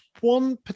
one